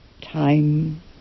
Time